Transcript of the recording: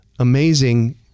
Amazing